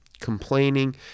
complaining